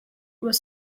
was